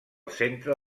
centre